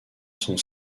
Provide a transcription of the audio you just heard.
son